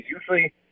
Usually